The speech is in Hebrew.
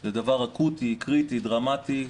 זה דבר אקוטי, קריטי, דרמטי.